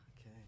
Okay